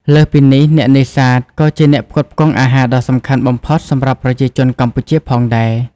លើសពីនេះ អ្នកនេសាទក៏ជាអ្នកផ្គត់ផ្គង់អាហារដ៏សំខាន់បំផុតសម្រាប់ប្រជាជនកម្ពុជាផងដែរ។